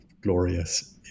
glorious